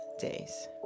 days